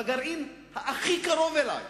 בגרעין הכי קרוב אלי,